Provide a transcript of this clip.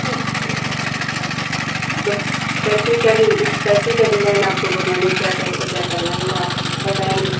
अच्छा तो कैसी क्या कैसी क्या डिजाइन आपको बनवानी क्या कैसे क्या करना है ये आप बताऍंगी